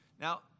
Now